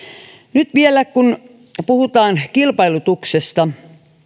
nyt vielä kun puhutaan kilpailutuksesta